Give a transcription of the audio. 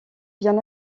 bien